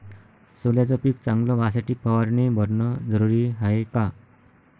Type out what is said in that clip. सोल्याचं पिक चांगलं व्हासाठी फवारणी भरनं जरुरी हाये का?